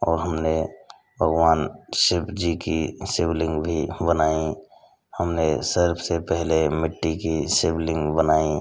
और हमने भगवान शिव जी की शिव लिंग भी बनाई हमने सबसे पहले मिट्टी की शिव लिंग बनाई